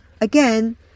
Again